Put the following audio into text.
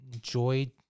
Joy